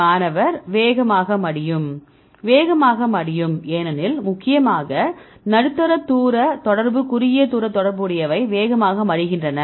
மாணவர் வேகமாக மடியும் வேகமாக மடியும் ஏனெனில் முக்கியமாக நடுத்தர தூர தொடர்பு குறுகிய தூர தொடர்பு உடையவை வேகமாக மடிகின்றன